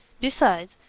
Besides